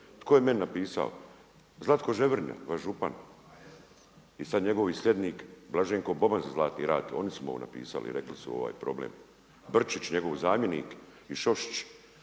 Tko je meni napisao? Zlatko Žervrnja, vaš župan. I sada njegovi slijednik Blaženko Boban za Zlatni rat, ovo su ../Govornik se ne razumije./… ovo napisali i rekli su ovaj problem. Brčić, njegov zamjenik i Šošić.